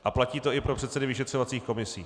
A platí to i pro předsedy vyšetřovacích komisí.